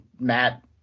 Matt